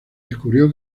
descubrió